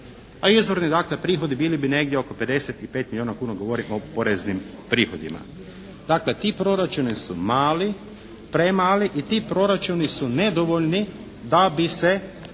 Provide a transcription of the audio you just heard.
A izvorni dakle prihodi bili bi negdje oko 55 milijuna kuna. Govorim o poreznim prihodima. Dakle ti proračuni su mali, premali i ti proračuni su nedovoljni da bi se